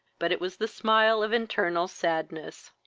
but it was the smile of internal sadness.